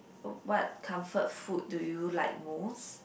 w~ what comfort food do you like most